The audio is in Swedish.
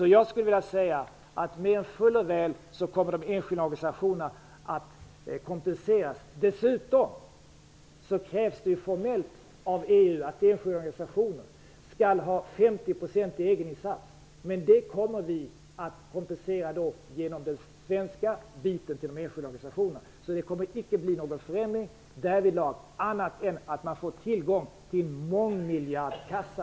Jag menar alltså att de enskilda organisationerna mer än fuller väl kommer att kompenseras. Dessutom kräver EU formellt att enskilda organisationer skall ha 50 % i egeninsats, men vi kommer att kompensera för detta genom det svenska stödet till de enskilda organisationerna. Det kommer icke att bli någon förändring därvidlag annat än att man på det här sättet får tillgång till en mångmiljardkassa.